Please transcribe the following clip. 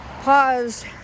paused